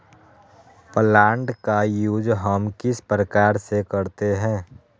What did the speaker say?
Plant का use हम किस प्रकार से करते हैं?